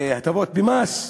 הטבות במס,